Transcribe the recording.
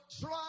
try